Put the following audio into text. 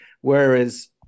Whereas